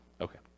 Okay